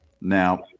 Now